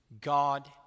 God